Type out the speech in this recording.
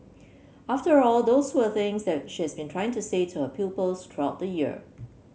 after all those were things that she has been trying to say to her pupils throughout the year